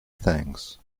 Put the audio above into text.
thanks